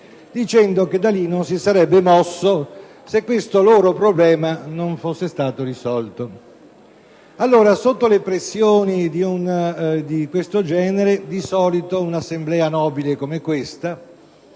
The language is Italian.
dicendo che da lì non si sarebbe mosso se questo loro problema non fosse stato risolto. Ora, sotto pressioni di questo genere di solito un'assemblea nobile come questa